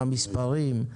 מה המספרים,